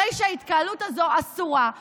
הרי שההתקהלות הזאת היא אסורה,